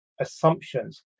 assumptions